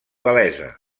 gal·lesa